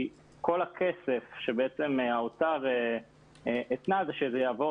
כל הכסף שהאוצר התנה היה שהוא יעבור